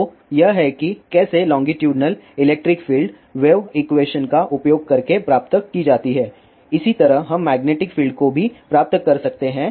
तो यह है कि कैसे longitudinal electric field wave equation का उपयोग करके प्राप्त की जाती है इसी तरह हम मैग्नेटिक फील्ड को भी प्राप्त कर सकते हैं